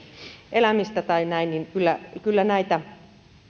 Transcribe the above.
elämistä tai näin niin kyllä kyllä näitä